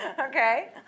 Okay